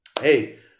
hey